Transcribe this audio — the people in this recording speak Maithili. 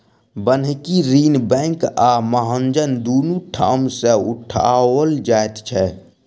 बन्हकी ऋण बैंक आ महाजन दुनू ठाम सॅ उठाओल जाइत छै